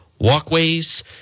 walkways